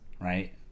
right